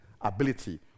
ability